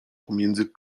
pomiędzy